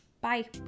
Bye